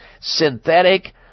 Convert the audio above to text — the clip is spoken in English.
synthetic